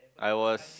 I was